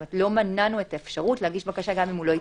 כלומר לא מנענו להגיש בקשה גם אם הוא לא התייצב,